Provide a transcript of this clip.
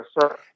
sir